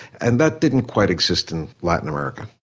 and that didn't quite exist in latin america.